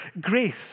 Grace